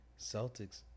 Celtics